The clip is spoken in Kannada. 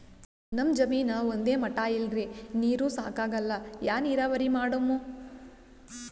ನಮ್ ಜಮೀನ ಒಂದೇ ಮಟಾ ಇಲ್ರಿ, ನೀರೂ ಸಾಕಾಗಲ್ಲ, ಯಾ ನೀರಾವರಿ ಮಾಡಮು?